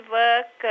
work